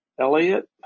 Elliot